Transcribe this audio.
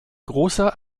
großer